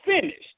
finished